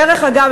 דרך אגב,